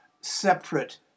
separate